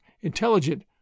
intelligent